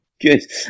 Good